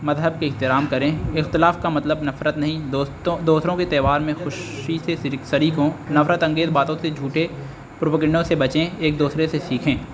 مذہب کے احترام کریں اختلاف کا مطلب نفرت نہیں دوستوں دوسروں کے تہوار میں خوشی سے شریک ہوں نفرت انگیز باتوں سے جھوٹے پروپگینڈوں سے بچیں ایک دوسرے سے سیکھیں